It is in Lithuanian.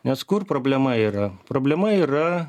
nes kur problema yra problema yra